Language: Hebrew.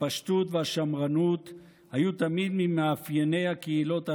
הפשטות והשמרנות היו תמיד ממאפייני הקהילות הללו,